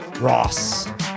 Ross